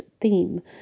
theme